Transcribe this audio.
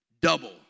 double